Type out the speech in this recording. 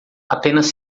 apenas